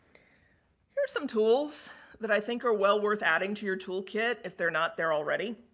here's some tools that i think are well worth adding to your tool kit, if they're not there already